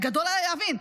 גדול עליי להבין,